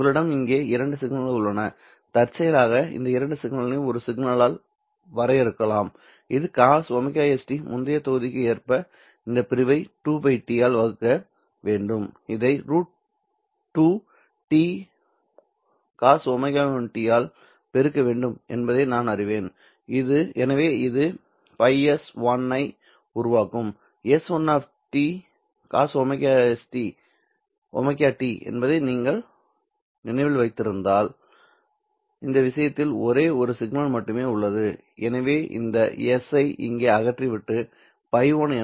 உங்களிடம் இங்கே இரண்டு சிக்னல்கள் உள்ளன தற்செயலாக இந்த இரண்டு சிக்னல்களையும் ஒரு சிக்னல் ஆல் வரையறுக்கலாம் இது cos ωst முந்தைய தொகுதிக்கு ஏற்ப இந்த பிரிவை 2 T ஆல் வகுக்க வேண்டும் இதை √2T cosω1 t ஆல் பெருக்க வேண்டும் என்பதையும் நான் அறிவேன் எனவே இது ФS 1 ஐ உருவாக்கும் S1 cosωt என்பதை நினைவில் வைத்திருந்தால் இந்த விஷயத்தில் ஒரே ஒரு சிக்னல் மட்டுமே உள்ளது எனவே இந்த S ஐ இங்கே அகற்றிவிட்டு ϕ1 என அழைக்கிறேன்